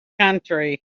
country